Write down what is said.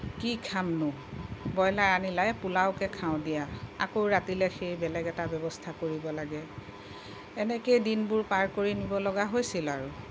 কি খামনো ব্ৰইলাৰ আনিলা এই পোলাওকে খাওঁ দিয়া আকৌ ৰাতিলৈ সেই বেলেগ এটা ব্যৱস্থা কৰিব লাগে এনেকেই দিনবোৰ পাৰ কৰি নিবলগা হৈছিল আৰু